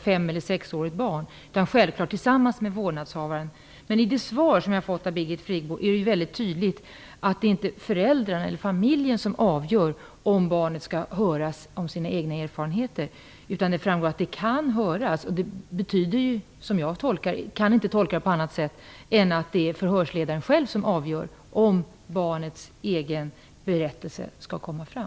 Självklart skall det ske tillsammans med vårdnadshavaren. Av Birgit Friggebos svar framgår väldigt tydligt att det inte är föräldrarna eller familjen som avgör om barnet skall höras om sina egna erfarenheter, utan det står att barnet ''kan höras''. Det tolkar jag som att det är förhörsledaren själv som avgör om barnets egen berättelse skall komma fram.